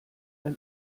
ein